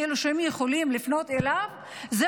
האיש היחיד שהם יכולים לפנות אליו זה